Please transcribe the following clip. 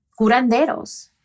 curanderos